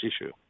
issue